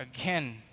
again